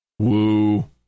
Woo